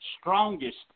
strongest